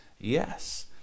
Yes